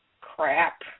crap